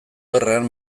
gerran